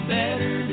better